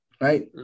right